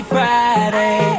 Friday